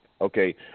Okay